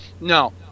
No